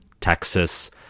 Texas